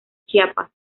chiapas